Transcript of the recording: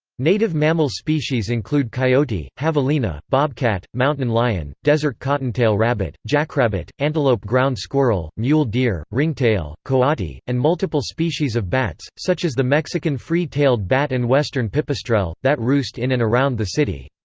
native mammal species include coyote, javelina, bobcat, mountain lion, desert cottontail rabbit, jackrabbit, antelope ground squirrel, mule deer, ringtail, coati, and multiple species of bats, such as the mexican free-tailed bat and western pipistrelle, that roost in and around the city.